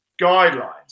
guidelines